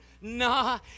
Nah